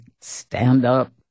stand-up